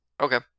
Okay